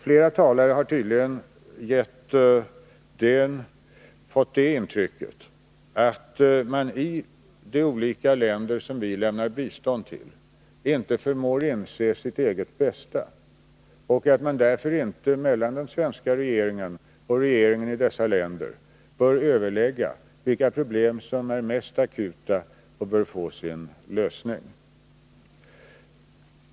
Flera talare har tydligen fått ett intryck att man i de olika länder som vi lämnar bistånd till inte förmår inse sitt eget bästa och att man därför inte mellan den svenska regeringen och regeringarna i dessa länder bör överlägga om vilka problem som är mest akuta och bör få sin lösning.